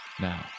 Now